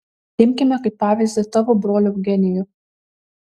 imkime kaip pavyzdį tavo brolį eugenijų